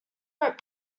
wrote